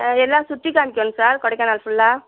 ஆ எல்லாம் சுற்றி காமிக்கணும் சார் கொடைக்கானல் ஃபுல்லாக